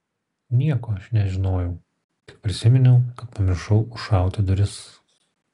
nieko aš nežinojau tik prisiminiau kad pamiršau užšauti duris